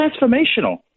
transformational